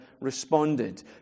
responded